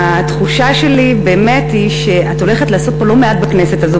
התחושה שלי באמת היא שאת הולכת לעשות פה לא מעט בכנסת הזאת,